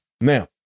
Now